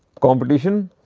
competition